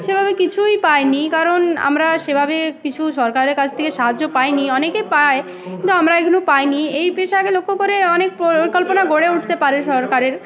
সেভাবে কিছুই পায়নি কারণ আমরা সেভাবে কিছু সরকারের কাছ থেকে সাহায্য পাইনি অনেকেই পাই কিন্তু আমরা এখনও পাইনি এই পেশা আগে লক্ষ্য করে অনেক পরিকল্পনা গড়ে উঠতে পারে সরকারের